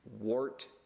wart